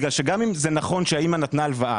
בגלל שגם אם זה נכון שהאמא נתנה הלוואה